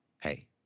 Hey